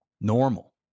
normal